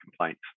complaints